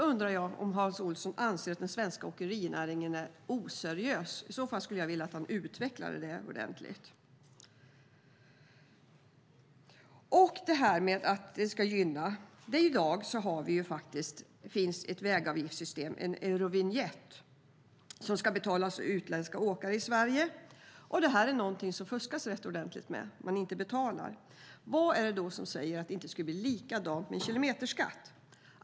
Anser Hans Olsson att den svenska åkerinäringen är oseriös? I så fall skulle jag vilja att han utvecklade det ordentligt. Sedan var det detta med att det ska gynna. I dag finns det faktiskt ett vägavgiftssystem, en eurovinjett som ska betalas av utländska åkare i Sverige. Det här är någonting som det fuskas rätt ordentligt med. Man betalar inte. Vad är det då som säger att det inte skulle bli likadant med en kilometerskatt?